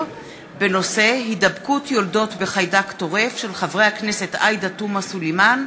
בהצעה של חברי הכנסת עאידה תומא סלימאן,